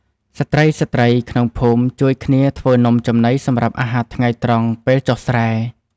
ស្រ្តីៗក្នុងភូមិជួយគ្នាធ្វើនំចំណីសម្រាប់អាហារថ្ងៃត្រង់ពេលចុះស្រែ។